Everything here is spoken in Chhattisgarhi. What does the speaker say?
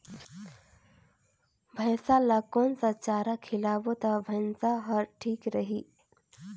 भैसा ला कोन सा चारा खिलाबो ता भैंसा हर ठीक रही?